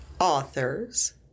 authors